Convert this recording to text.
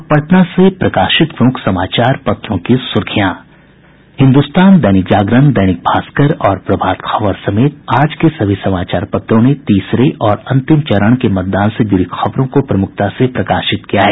अब पटना से प्रकाशित प्रमुख समाचार पत्रों की सुर्खियां हिन्दुस्तान दैनिक जागरण दैनिक भास्कर और प्रभात खबर समेत आज के सभी समाचार पत्रों ने तीसरे और अंतिम चरण के मतदान से जुड़ी खबरों को प्रमुखता से प्रकाशित किया है